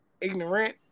ignorant